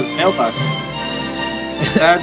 mailbox